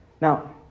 Now